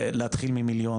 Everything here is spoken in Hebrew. להתחיל ממיליון,